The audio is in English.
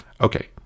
Okay